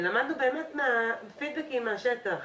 למדנו מהשטח.